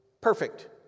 perfect